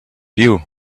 view